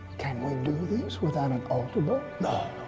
can we do this without an altar boy. no,